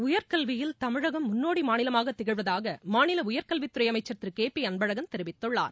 உயர்கல்வியில் தமிழகம் முன்னோடி மாநிலமாக திகழ்வதாக மாநில உயர்கல்வித்துறை அமைச்சர் திரு கே பி அன்பழகன் தெரிவித்துள்ளார்